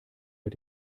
mit